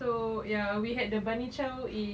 so ya we had the bunny chow in